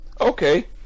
Okay